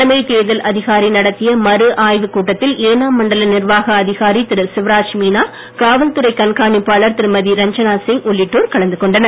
தலைமை தேர்தல் அதிகாரி நடத்திய மறுஆய்வுக் கூட்டத்தில் ஏனாம் மண்டல நிர்வாக அதிகாரி திரு சிவராஜ் மீனா காவல்துறை கண்காணிப்பாளர் திருமதி ரச்சனா சிங் உள்ளிட்டோர் கலந்து கொண்டனர்